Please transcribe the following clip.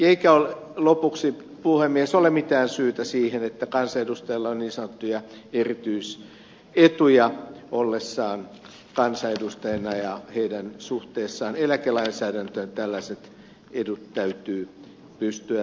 eikä lopuksi puhemies ole mitään syytä siihen että kansanedustajalla on niin sanottuja erityisetuja ollessaan kansanedustajana ja heidän suhteessaan eläkelainsäädäntöön tällaiset edut täytyy pystyä poistamaan